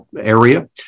area